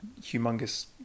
humongous